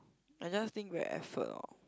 I just think great effort lor